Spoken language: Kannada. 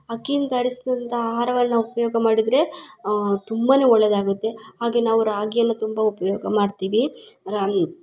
ಅಕ್ಕಿಯಿಂದ ತಯಾರಿಸ್ದಂಥ ಆಹಾರವನ್ನು ನಾವು ಉಪಯೋಗ ಮಾಡಿದರೆ ತುಂಬಾ ಒಳ್ಳೇದಾಗುತ್ತೆ ಹಾಗೆ ನಾವು ರಾಗಿಯನ್ನು ತುಂಬ ಉಪಯೋಗ ಮಾಡ್ತೀವಿ